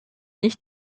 nicht